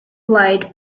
blade